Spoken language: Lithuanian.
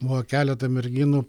buvo keleta merginų